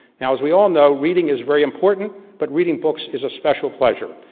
now as we all know, reading is very important, but reading books is a special pleasure.